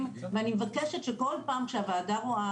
ואני מבקשת שכל פעם כשהוועדה רואה,